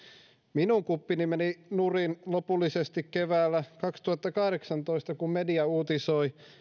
minun kuppini meni nurin lopullisesti keväällä kaksituhattakahdeksantoista kun media uutisoi